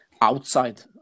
outside